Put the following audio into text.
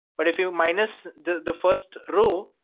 but if you minus the the first row,